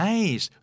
Nice